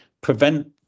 prevent